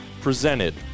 presented